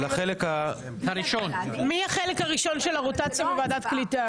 מי החלק הראשון של הרוטציה בוועדת הקליטה?